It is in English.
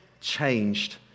changed